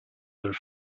del